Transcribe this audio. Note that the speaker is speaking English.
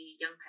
young